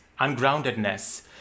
Ungroundedness